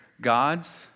God's